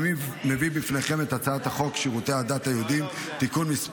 אני מביא בפניכם את הצעת החוק שירותי הדת היהודיים (תיקון,